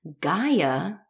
Gaia